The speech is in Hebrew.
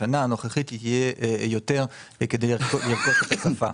בשנה הנוכחית יהיה יותר תקציב כדי לרכוש את השפה.